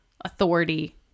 authority